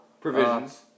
provisions